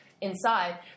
inside